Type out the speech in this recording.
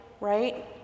right